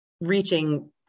reaching